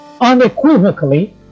unequivocally